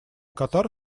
катар